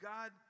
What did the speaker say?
God